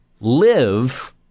live